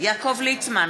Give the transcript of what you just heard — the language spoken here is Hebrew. יעקב ליצמן,